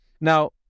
Now